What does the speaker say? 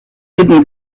hidden